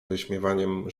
wyśmiewaniem